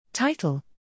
Title